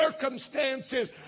circumstances